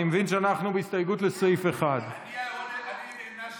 אני מבין שאנחנו בהסתייגות לסעיף 1. אני נענשתי לבד.